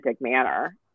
manner